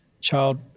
child